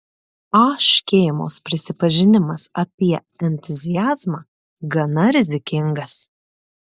a škėmos prisipažinimas apie entuziazmą gana rizikingas